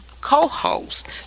co-host